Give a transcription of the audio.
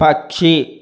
పక్షి